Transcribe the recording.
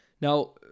Now